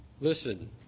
Listen